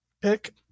pick